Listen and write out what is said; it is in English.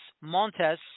montes